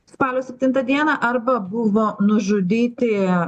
spalio septintą dieną arba buvo nužudyti